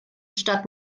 stadt